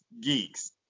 geeks